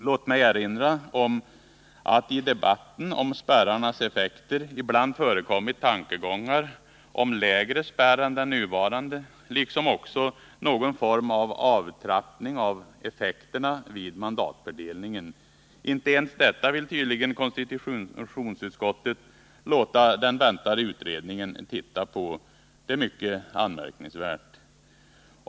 Låt mig erinra om att i debatten om spärrarnas effekter ibland förekommit tankegångar om lägre spärr än den nuvarande liksom också någon form av avtrappning av effekterna vid mandatfördelning. Inte ens detta vill tydligen konstitutionsutskottet låta den väntade utredningen titta på. Det är mycket anmärkningsvärt.